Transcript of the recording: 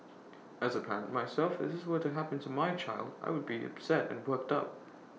as A parent myself if this were to happen to my child I would be upset and worked up